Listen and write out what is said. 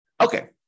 Okay